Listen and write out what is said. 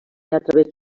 través